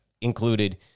included